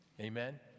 Amen